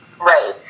Right